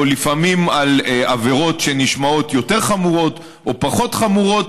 או לפעמים בעבירות שנשמעות יותר חמורות או פחות חמורות,